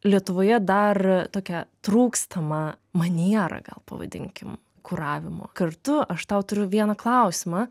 lietuvoje dar tokią trūkstamą manierą gal pavadinkim kuravimo kartu aš tau turiu vieną klausimą